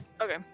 Okay